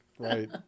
right